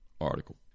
article